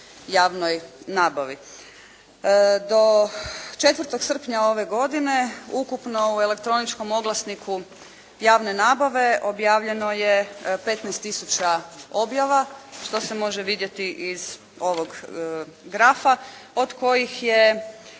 Do 4. srpnja ove godine ukupno u elektroničkom oglasniku javne nabave objavljeno je 15 tisuća objava što se može vidjeti iz ovog grafa, od kojih